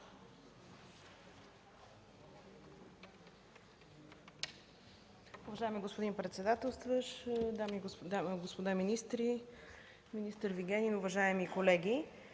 Уважаеми господин председател, господа министри, министър Вигенин, уважаеми колеги!